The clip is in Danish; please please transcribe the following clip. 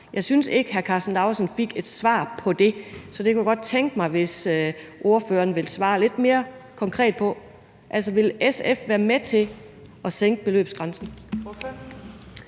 Jeg synes ikke, hr. Karsten Lauritzen fik et svar på det, så det kunne jeg godt tænke mig hvis ordføreren vil svare lidt mere konkret på. Altså, vil SF være med til at sænke beløbsgrænsen?